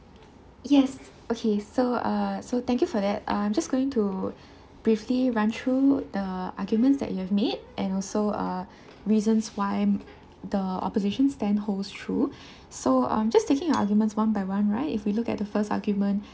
yes okay so uh so thank you for that uh I'm just going to briefly run through the arguments that you have made and also uh reasons why the opposition stand holds true so um just taking your arguments one by one right if we look at the first argument